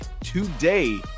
today